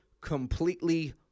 completely